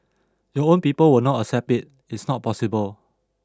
your own people will not accept it it's not possible